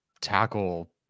tackle